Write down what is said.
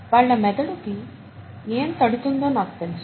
వాళ్ళ మెదడుకి ఏం తడుతుందో నాకు తెలుసు